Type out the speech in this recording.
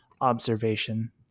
observation